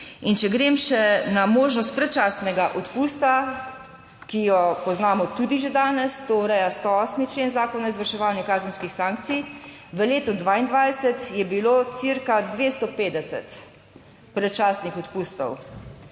In če grem še na možnost predčasnega odpusta, ki jo poznamo tudi že danes, to ureja 108. člen Zakona o izvrševanju kazenskih sankcij, v letu 2022 je bilo cirka 250 predčasnih odpustov.